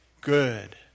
good